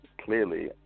clearly